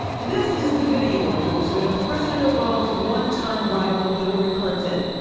this is the video endorsement of president obama's one-time rival hillary clinton.